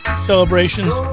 celebrations